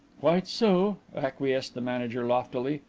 quite so, acquiesced the manager loftily,